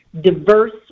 diverse